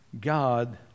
God